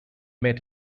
met